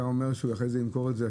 אתה אומר שאחרי זה הוא ימכור את זה,